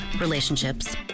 relationships